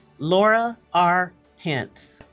laura r. pence